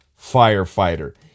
firefighter